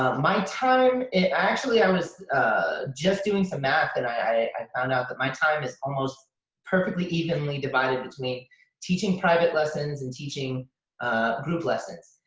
ah my time, actually i was just doing some math and i found out that my time is almost perfectly, evenly divided between teaching private lessons and teaching group lessons.